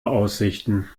aussichten